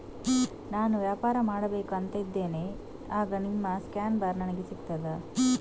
ನಾನು ವ್ಯಾಪಾರ ಮಾಡಬೇಕು ಅಂತ ಇದ್ದೇನೆ, ಆಗ ನಿಮ್ಮ ಸ್ಕ್ಯಾನ್ ಬಾರ್ ನನಗೆ ಸಿಗ್ತದಾ?